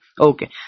Okay